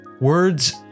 Words